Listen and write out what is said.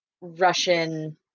Russian